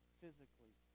physically